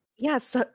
Yes